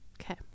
Okay